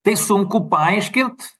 tai sunku paaiškint